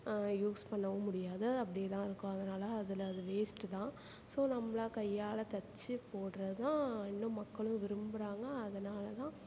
use பண்ணவும் முடியாது அது அப்டியே தான் இருக்கும் அதனால் அதில் அது வேஸ்ட்டு தான் ஸோ நம்மளா கையால் தைச்சி போடுறது தான் இன்னும் மக்களும் விரும்புகிறாங்க அதனால் தான்